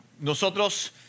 nosotros